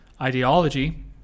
Ideology